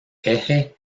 eje